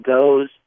goes